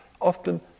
often